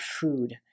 food